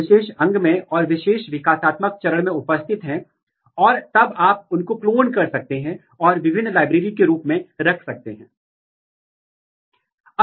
इसलिए यहाँ विशेष रूप से उन्होंने दोनों कारकों के केवल MIK डोमेन और C टर्मिनल डोमेन दोनों कारकों को लिया है और उन्होंने इंटरैक्शन की जाँच की है आप स्पष्ट रूप से देख सकते हैं कि केवल C टर्मिनल डोमेन ही इंटरैक्शन दिखा रहे हैं